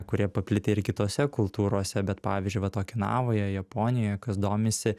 kurie paplitę ir kitose kultūrose bet pavyzdžiui vat okinavoje japonijoje kas domisi